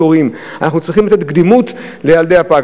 אנחנו צריכים לתת קדימות לילד שנולד פג.